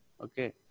Okay